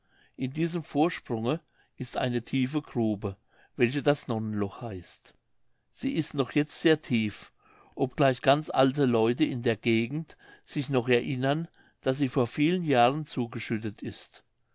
in diesem vorsprunge ist eine tiefe grube welche das nonnenloch heißt sie ist noch jetzt sehr tief obgleich ganz alte leute in der gegend sich noch erinnern daß sie vor vielen jahren zugeschüttet ist